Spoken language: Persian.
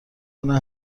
کنه